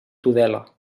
tudela